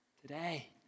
today